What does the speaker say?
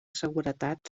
seguretat